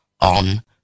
on